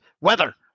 Weather